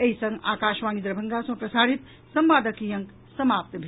एहि संग आकाशवाणी दरभंगा सँ प्रसारित संवादक ई अंक समाप्त भेल